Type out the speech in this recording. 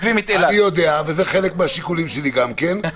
וזה חלק מהשיקולים שלי גם כן.